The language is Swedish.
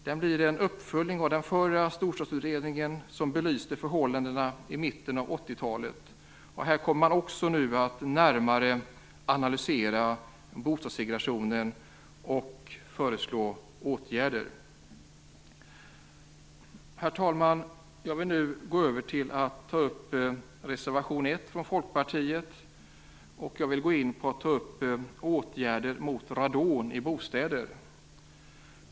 Den blir en uppföljning av den förra storstadsutredningen som belyste förhållandena i mitten av 80-talet. Här kommer man också att närmare analysera bostadssegregationen och föreslå åtgärder. Herr talman! Jag vill nu gå över till att tala om reservation 1 från Folkpartiet. Jag vill ta upp åtgärder mot radon i bostäder.